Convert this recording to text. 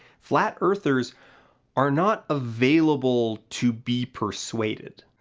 flat earthers are not available to be persuaded.